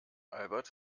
albert